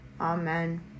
Amen